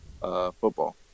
football